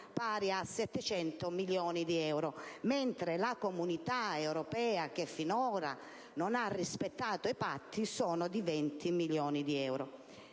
pari a 700 milioni di euro, mentre quelle della Comunità europea, che finora non ha rispettato i patti, ammontano a 20 milioni di euro.